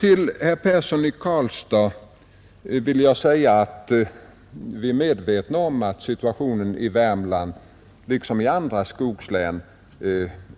Till herr Persson i Karlstad vill jag säga att vi är medvetna om att situationen i Värmland liksom i andra skogslän